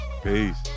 Peace